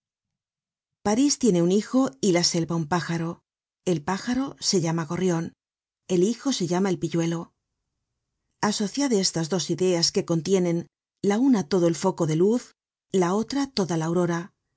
parís tiene un hijo y la selva un pájaro el pájaro se llama gorrion el hijo se llama el pilluelo asociad estas dos ideas que contienen la una todo el foco de luz la otra toda la aurora haced que